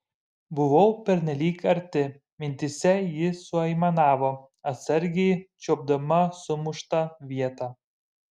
buvau pernelyg arti mintyse ji suaimanavo atsargiai čiuopdama sumuštą vietą